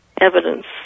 evidence